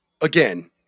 again